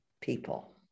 people